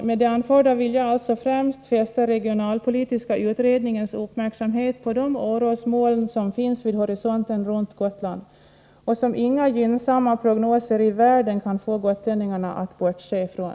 Med det anförda vill jag alltså främst fästa regionalpolitiska utredningens uppmärksamhet på de orosmoln som finns vid horisonten runt Gotland och som inga gynnsamma prognoser i världen kan få gotlänningarna att bortse ifrån.